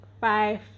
five